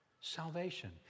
Salvation